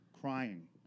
crying